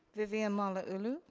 vivian malauulu?